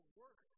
work